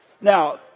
Now